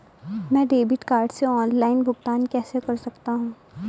मैं debit card से online भुगतान कैसे कर सकता हूँ?